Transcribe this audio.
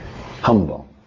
humble